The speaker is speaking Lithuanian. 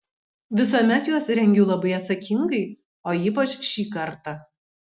visuomet juos rengiu labai atsakingai o ypač šį kartą